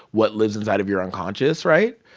what lives inside of your unconscious, right?